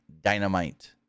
Dynamite